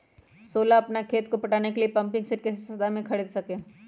सोलह अपना खेत को पटाने के लिए पम्पिंग सेट कैसे सस्ता मे खरीद सके?